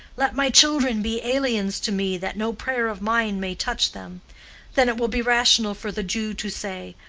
let my children be aliens to me, that no prayer of mine may touch them then it will be rational for the jew to say,